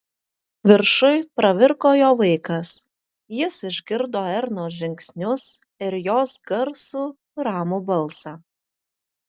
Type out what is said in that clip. viršuj pravirko jo vaikas jis išgirdo ernos žingsnius ir jos garsų ramų balsą